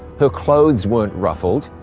her clothes weren't ruffled,